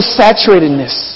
saturatedness